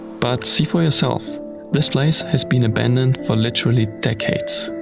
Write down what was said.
but see for yourself this place has been abandoned for literally decades.